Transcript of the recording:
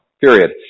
period